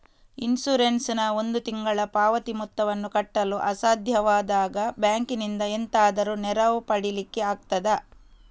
Insurance ನ ಒಂದು ತಿಂಗಳ ಪಾವತಿ ಮೊತ್ತವನ್ನು ಕಟ್ಟಲು ಅಸಾಧ್ಯವಾದಾಗ ಬ್ಯಾಂಕಿನಿಂದ ಎಂತಾದರೂ ನೆರವು ಪಡಿಲಿಕ್ಕೆ ಆಗ್ತದಾ?